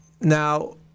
Now